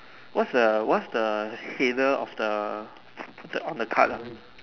what's the what's the header of the on the card ah